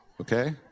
okay